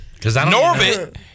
Norbit